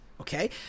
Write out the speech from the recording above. okay